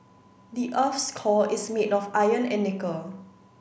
the earth's core is made of iron and nickel